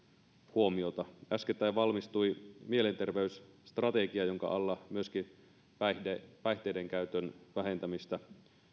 huomiota äskettäin valmistui mielenterveysstrategia jonka alla myöskin päihteidenkäytön vähentämistä